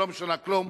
לא משנה כלום.